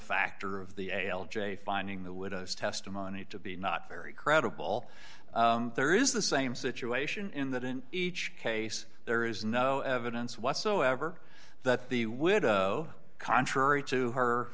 factor of the a l j finding the widow's testimony to be not very credible there is the same situation in that in each case there is no evidence whatsoever that the widow contrary to her